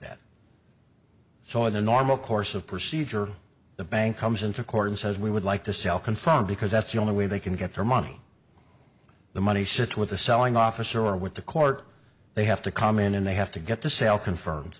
that so in the normal course of procedure the bank comes into court and says we would like to sell confirmed because that's the only way they can get their money the money sit with the selling officer or with the court they have to come in and they have to get the sale confirmed